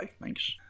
Thanks